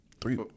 Three